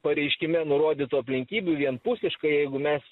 pareiškime nurodytų aplinkybių vienpusiškai jeigu mes